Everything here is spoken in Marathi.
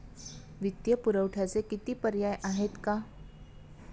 वित्तीय पुरवठ्याचे किती पर्याय आहेत का?